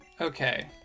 okay